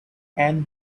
and